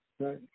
right